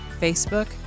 Facebook